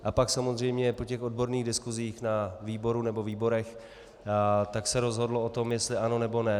A pak samozřejmě po odborných diskusích na výboru nebo výborech, tak se rozhodlo o tom, jestli ano, nebo ne.